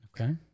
Okay